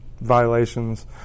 violations